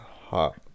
hot